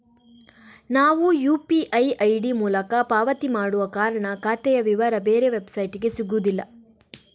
ನಾವು UPI ID ಮೂಲಕ ಪಾವತಿ ಮಾಡುವ ಕಾರಣ ಖಾತೆಯ ವಿವರ ಬೇರೆ ವೆಬ್ಸೈಟಿಗೆ ಸಿಗುದಿಲ್ಲ